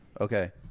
Okay